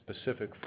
specific